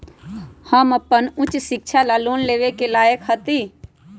हम अपन उच्च शिक्षा ला लोन लेवे के लायक हती?